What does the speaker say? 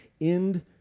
end